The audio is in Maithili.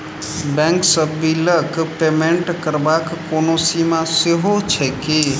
बैंक सँ बिलक पेमेन्ट करबाक कोनो सीमा सेहो छैक की?